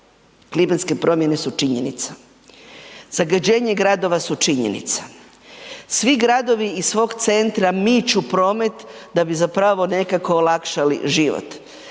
Klimatske promjene su činjenica. Zagađenje gradova su činjenica. Svi gradovi iz svog centra miču promet da bi zapravo nekako olakšali život.